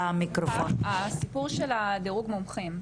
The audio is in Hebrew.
הסיפור של דירוג מומחים,